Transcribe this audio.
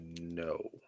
no